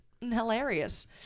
hilarious